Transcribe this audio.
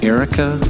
Erica